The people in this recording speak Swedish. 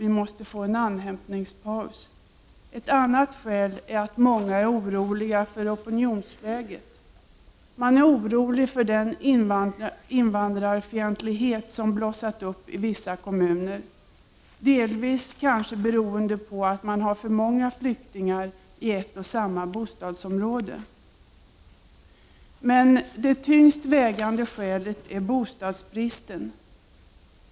Vi måste få en andhämtningspaus.” Ett annat skäl är att många är oroliga för opinionsläget. Man är orolig för den invandrarfientlighet som blossat upp i vissa kommuner, delvis kanske beroende på att man har för många flyktingar i ett och samma bostadsområde. Men det tyngst vägande skälet är bostadsbristen.